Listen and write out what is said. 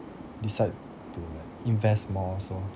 decide to like invest more also